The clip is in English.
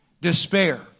Despair